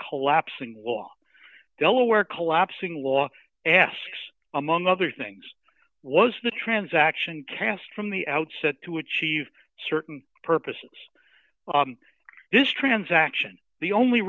collapsing well delaware collapsing law asks among other things was the transaction cast from the outset to achieve certain purposes this transaction the only